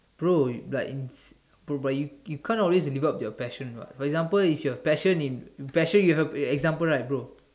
bro it's like you bro but you can't always give up your passion what for example if your passion in your passion in you have example right bro